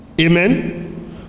Amen